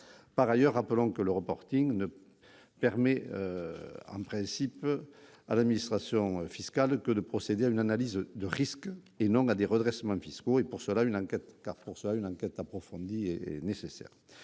Par ailleurs, rappelons que le reporting ne permet, en principe, à l'administration fiscale que de procéder à une « analyse de risque », et non à des redressements fiscaux, pour lesquels une enquête approfondie reste nécessaire.